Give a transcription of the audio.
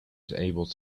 able